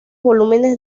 volúmenes